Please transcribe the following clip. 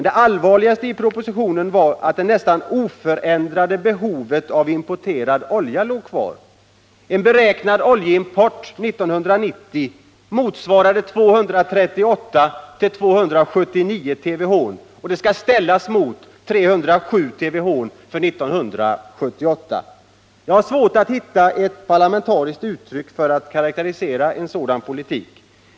Det allvarligaste i propositionen var det nästan oförändrade behovet av importerad olja — en beräknad oljeimport 1990 motsvarande 238 å 279 TWh mot 307 TWh för 1978. Jag har svårt att hitta parlamentariska uttryck för att karakterisera en sådan politik.